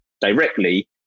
directly